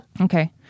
Okay